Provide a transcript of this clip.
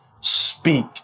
speak